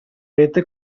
rete